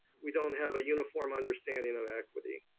we don't have a uniform understanding of equity.